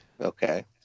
Okay